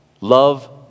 love